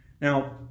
Now